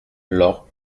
lorp